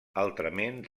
altrament